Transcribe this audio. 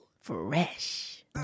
Fresh